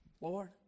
Lord